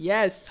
Yes